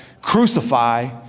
crucify